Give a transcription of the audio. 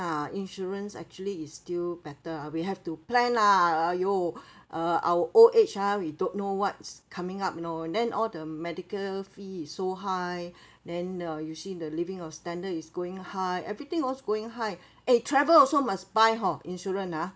insurance actually is still better uh we have to plan lah !aiyo! uh our old age ah we don't know what's coming up you know and then all the medical fee is so high then uh you see the living of standard is going high everything also going high eh travel also must buy hor insurance ah